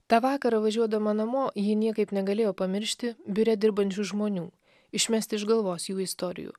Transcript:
tą vakarą važiuodama namo ji niekaip negalėjo pamiršti biure dirbančių žmonių išmesti iš galvos jų istorijų